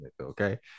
okay